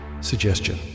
Suggestion